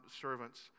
servants